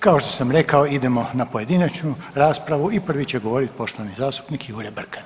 Kao što sam rekao idemo na pojedinačnu raspravu i prvi će govoriti poštovani zastupnik Jure Brkan.